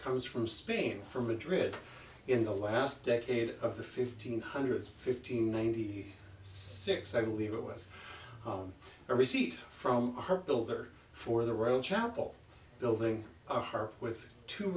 comes from spain from madrid in the last decade of the fifteen hundred fifteen ninety six i believe it was a receipt from her builder for the royal chapel building a harp with two